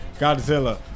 Godzilla